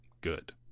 good